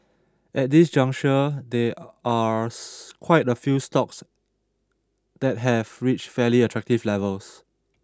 at this juncture there are quite a few stocks that have reached fairly attractive levels